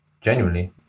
genuinely